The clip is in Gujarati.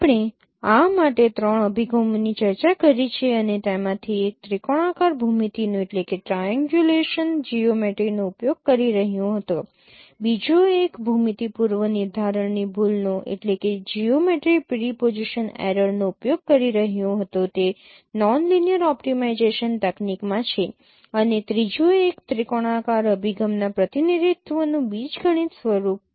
આપણે આ માટે 3 અભિગમોની ચર્ચા કરી છે અને તેમાંથી એક ત્રિકોણાકાર ભૂમિતિનો ઉપયોગ કરી રહ્યો હતો બીજો એક ભૂમિતિ પૂર્વનિર્ધારણની ભૂલનો નો ઉપયોગ કરી રહ્યો હતો તે નોન લિનિયર ઓપ્ટિમાઇજેશન તકનીકમાં છે અને ત્રીજો એક ત્રિકોણાકાર અભિગમના પ્રતિનિધિત્વનું બીજગણિત સ્વરૂપમાં છે